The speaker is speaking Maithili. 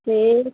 ठीक